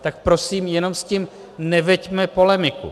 Tak prosím, jenom s tím neveďme polemiku!